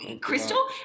Crystal